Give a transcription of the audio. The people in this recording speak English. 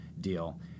deal